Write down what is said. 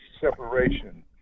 separation